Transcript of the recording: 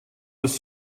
this